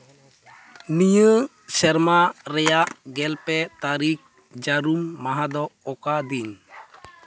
ᱱᱤᱭᱟᱹ ᱥᱮᱨᱢᱟ ᱨᱮᱭᱟᱜ ᱜᱮᱞ ᱯᱮ ᱛᱟᱹᱨᱤᱠᱷ ᱡᱟᱹᱨᱩᱢ ᱢᱟᱦᱟ ᱫᱚ ᱚᱠᱟ ᱫᱤᱱ